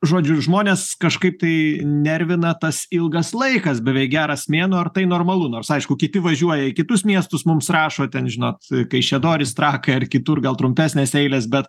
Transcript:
žodžiu žmones kažkaip tai nervina tas ilgas laikas beveik geras mėnuo ar tai normalu nors aišku kiti važiuoja į kitus miestus mums rašo ten žinot kaišiadorys trakai ar kitur gal trumpesnės eilės bet